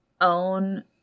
own